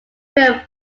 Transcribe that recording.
film